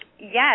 Yes